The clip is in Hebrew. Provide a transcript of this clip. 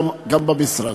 גם במשרד.